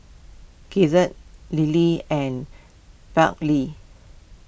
Gidget Lilly and Brantley